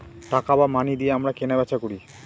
টাকা বা মানি দিয়ে আমরা কেনা বেচা করি